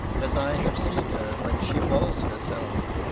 as i have scene her when she was her self.